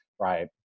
Right